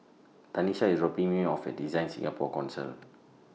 Tanisha IS dropping Me off At DesignSingapore Council